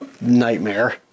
nightmare